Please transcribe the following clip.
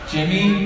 Jimmy